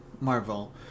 Marvel